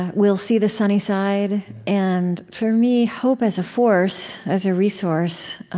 ah we'll see the sunny side. and for me, hope as a force, as a resource,